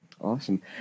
Awesome